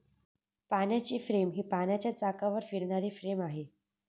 पाण्याची फ्रेम ही पाण्याच्या चाकावर फिरणारी फ्रेम आहे